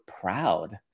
proud